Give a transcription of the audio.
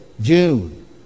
June